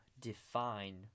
define